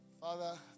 Father